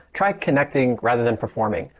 try connecting rather than performing.